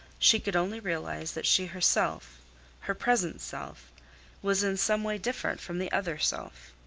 she could only realize that she herself her present self was in some way different from the other self.